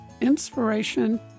inspiration